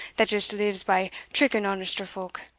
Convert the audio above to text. that just lives by tricking honester folk.